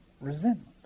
resentment